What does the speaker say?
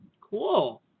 Cool